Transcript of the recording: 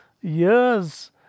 years